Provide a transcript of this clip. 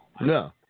No